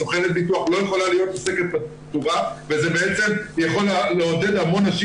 סוכנת ביטוח לא יכולה להיות עוסקת פטורה וזה בעצם יכול לעודד המון נשים